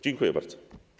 Dziękuję bardzo.